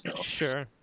Sure